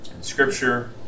scripture